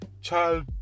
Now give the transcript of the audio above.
child